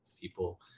people